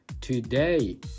today